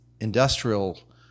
industrial